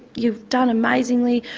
you've done amazingly.